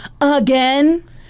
again